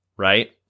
Right